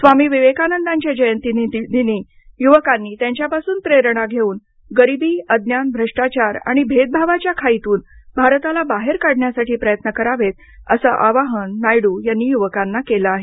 स्वामी विवेकानंदांच्या जयंतीदिनी युवकांनी त्यांच्यापासून प्रेरणा घेऊन गरिबी अज्ञान भ्रष्टाचार आणि भेदभावाच्या खाईतून भारताला बाहेर काढण्यासाठी प्रयत्न करावेत असं आवाहन नायडू यांनी युवकांना केलं आहे